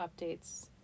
updates